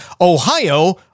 Ohio